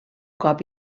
cop